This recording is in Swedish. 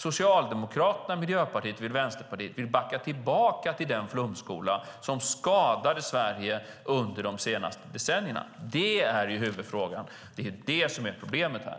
Socialdemokraterna, Miljöpartiet och Vänsterpartiet vill backa tillbaka till den flumskola som skadade Sverige under de senaste decennierna. Det är huvudfrågan och problemet här.